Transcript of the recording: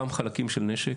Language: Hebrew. אותם חלקים של נשק,